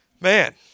man